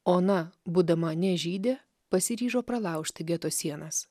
ona būdama nežydė pasiryžo pralaužti geto sienas